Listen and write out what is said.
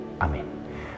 Amen